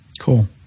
Cool